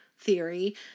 theory